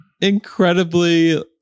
incredibly